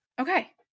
Okay